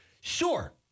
Sure